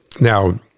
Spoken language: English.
now